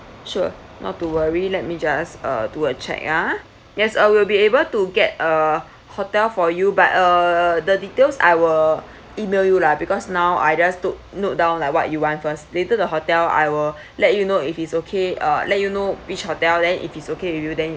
sure not too worry let me just uh do a check a'ah yes I will be able to get a hotel for you but uh the details I will email you lah because now I just took note down like what you want first later the hotel I will let you know if it's okay uh let you know which hotel then if it's okay with you then